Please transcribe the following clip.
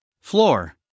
floor